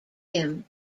him